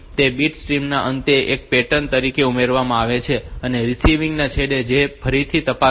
તેથી તેને bit stream ના અંતે એક પેટર્ન તરીકે ઉમેરવામાં આવે છે અને રીસીવિંગ છેડે કે જે તેને ફરીથી તપાસે છે